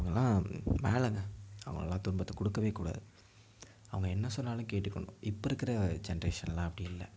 அவங்கல்லாம் மேலேங்க அவங்களுக்குலாம் துன்பத்தை கொடுக்கவே கூடாது அவங்க என்ன சொன்னாலும் கேட்டுக்கணும் இப்போ இருக்கிற ஜென்ரேஷன்லாம் அப்படி இல்லை